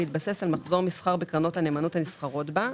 בהתבסס על מחזור מסחר בקרנות הנאמנות הנסחרות בה,